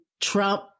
Trump